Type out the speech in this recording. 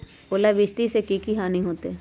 ओलावृष्टि से की की हानि होतै?